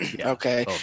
Okay